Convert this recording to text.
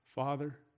Father